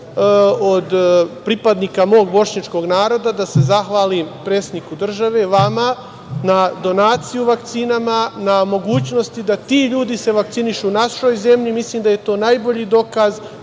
od pripadnika mog bošnjačkog naroda, da se zahvalim predsedniku države, vama na donaciji vakcina i na mogućnosti da se ti ljudi vakcinišu u našoj zemlji. Mislim da je to najbolji dokaz